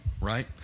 right